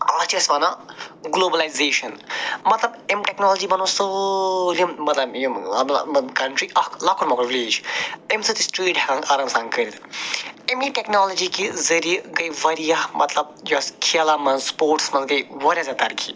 اَتھ چھِ أسۍ وَنان گُلوبلٕایزیشَن مطلب أمۍ ٹیکنالجی بنو سٲلِم مطلب یِم کنٹری اَکھ لۄکُٹ مۄکُٹ وِلیج أمۍ سۭتۍ أسۍ ٹرٛیڈ ہٮ۪کان آرام سان کٔرِتھ أمی ٹیکنالجی کہ ذٔریعہٕ گٔے واریاہ مطلب یۄس کھیلَن منٛز سٕپوٹَس منٛز گٔے واریاہ زیادٕ ترقی